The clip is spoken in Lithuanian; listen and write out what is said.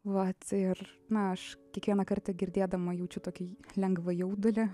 vat ir na aš kiekvieną kartą girdėdama jaučiu tokį lengvą jaudulį